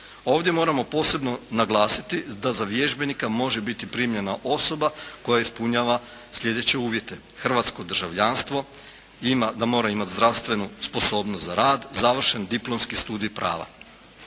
Ovdje moramo posebno naglasiti, da za vježbenika može biti primljena osoba koja ispunjava sljedeće uvjete: Hrvatsko državljanstvo, da mora imati zdravstvenu sposobnost za rad, završen diplomski studij prava.